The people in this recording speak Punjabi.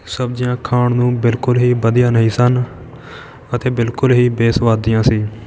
ਸਬਜ਼ੀਆਂ ਖਾਣ ਨੂੰ ਬਿਲਕੁਲ ਹੀ ਵਧੀਆ ਨਹੀਂ ਸਨ ਅਤੇ ਬਿਲਕੁਲ ਹੀ ਬੇਸਵਾਦੀਆਂ ਸੀ